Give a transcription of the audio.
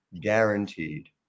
guaranteed